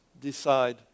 decide